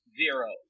zero